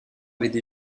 avaient